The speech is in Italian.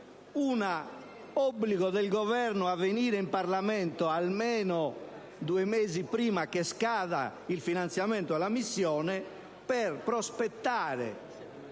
l'obbligo del Governo a venire in Parlamento almeno due mesi prima che scada il finanziamento alla missione, per prospettare